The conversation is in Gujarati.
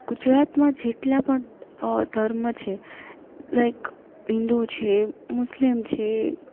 ગુજરાતમાં જેટલા પણ ધર્મ છે લાઇક હિન્દુ છે મુસ્લિમ છે